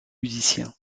musiciens